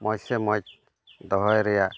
ᱢᱚᱡᱽ ᱥᱮ ᱢᱚᱡᱽ ᱫᱚᱦᱚᱭ ᱨᱮᱭᱟᱜ